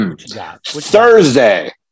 Thursday